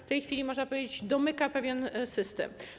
W tej chwili, można powiedzieć, domyka pewien system.